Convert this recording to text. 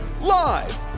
Live